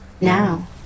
now